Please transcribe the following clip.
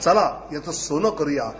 चला याचं सोनं करुयात